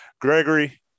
Gregory